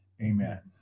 Amen